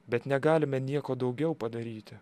bet negalime nieko daugiau padaryti